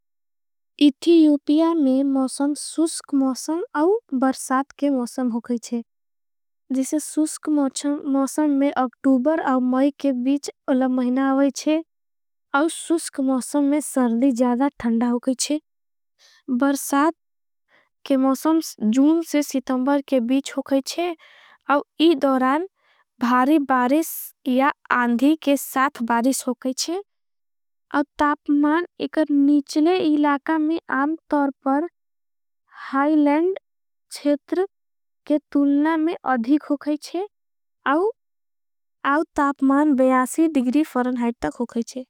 इथी यूपिया में मौसम सुस्क मौसम औँ बर्सात के मौसम हो गईचे। जिसे सुस्क मौसम में अक्टूबर औँ मय के बीच अलब महिना। आवाईचे औँ सुस्क मौसम में सर्दी जादा ठंडा हो गईचे बर्सात। के मौसम जून से सितंबर के बीच हो गईचे अव इदरान भारी बारिस या आंधी के साथ बारिस हो गईचे अव तापमान एकर। नीचले इलाका में आम तरपर हाईलेंड छेतर के तुलना में अधिक हो गईचे अव तापमान डिग्री फ़रं हाइट तक हो गईचे।